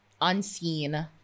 unseen